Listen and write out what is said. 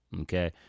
Okay